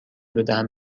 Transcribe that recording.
بدهم